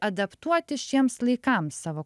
adaptuoti šiems laikams savo